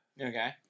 Okay